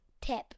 tip